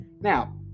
now